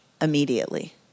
immediately